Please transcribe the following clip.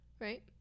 right